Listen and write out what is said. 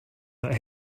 that